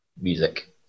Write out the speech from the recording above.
music